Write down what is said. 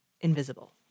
invisible